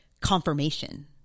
confirmation